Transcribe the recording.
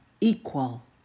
equal